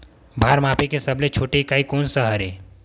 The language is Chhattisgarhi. भार मापे के सबले छोटे इकाई कोन सा हरे?